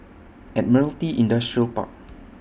Admiralty Industrial Park